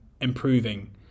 improving